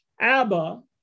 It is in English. Abba